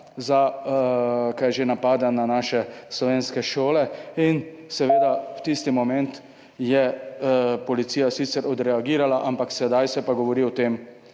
za napad na naše slovenske šole in tisti moment je seveda policija sicer odreagirala, ampak sedaj se pa govori o tem,